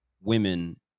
women